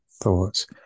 thoughts